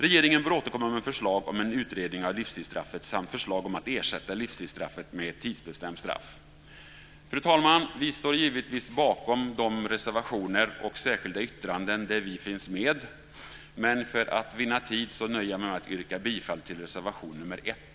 Regeringen bör återkomma med förslag om en utredning av livstidsstraffet samt förslag om att ersätta livstidsstraffet med ett tidsbestämt straff. Fru talman! Vi står givetvis bakom de reservationer och särskilda yttranden där vi finns med, men för att vinna tid nöjer jag mig med att yrka bifall till reservation nr 1.